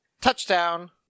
Touchdown